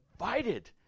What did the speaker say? invited